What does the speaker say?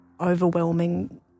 overwhelming